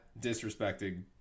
disrespecting